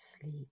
sleep